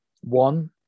one